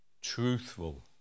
truthful